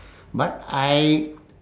but I